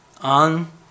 On